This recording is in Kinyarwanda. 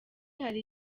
hari